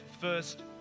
first